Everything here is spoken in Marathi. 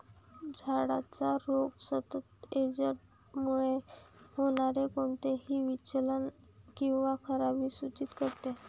झाडाचा रोग सतत एजंटमुळे होणारे कोणतेही विचलन किंवा खराबी सूचित करतो